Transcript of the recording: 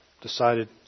decided